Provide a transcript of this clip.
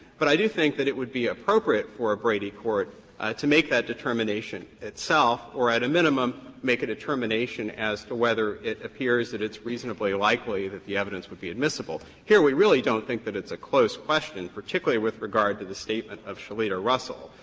but i do think that it would be appropriate for a brady court to make that determination itself or at a minimum make a determination as to whether it appears that it's reasonably likely that the evidence would be admissible. here we really don't think that it's a close question, particularly with regard to the statement of shaelita russell,